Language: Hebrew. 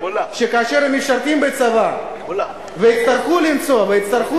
שכאשר הם משרתים בצבא ויצטרכו למצוא ויצטרכו